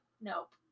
Nope